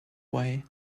way